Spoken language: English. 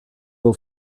will